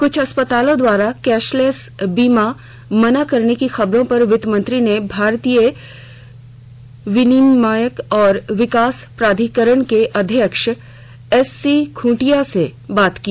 क्छ अस्पतालों द्वारा कैशलेस बीमा मना करने की खबरों पर वित्त मंत्री ने भारतीय बीमा विनियामक और विकास प्राधिकरण के अध्यक्ष एससी खुंटिया से बात की